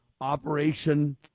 Operation